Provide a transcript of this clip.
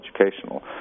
educational